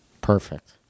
Perfect